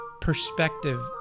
perspective